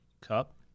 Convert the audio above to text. cup